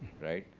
right?